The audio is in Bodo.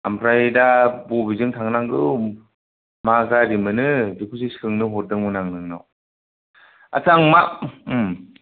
ओमफ्राय दा बबेजों थांनांगौ मा गारि मोनो बेखौसो सोंनो हरदोंमोन आं नोंनाव आस्सा आं मा